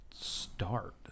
start